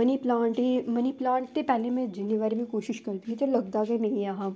मनी plant गी money plant ते पैह्लें में जिन्ने बार कोशश करदी ही ते लगदा गै नेईं ऐ हा